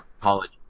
college